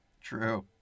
True